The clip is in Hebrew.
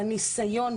בניסיון,